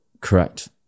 correct